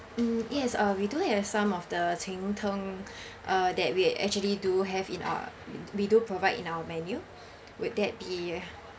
mm yes uh we do have some of the cheng tng uh that we actually do have in our we do provide in our menu would that be